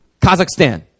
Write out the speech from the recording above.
Kazakhstan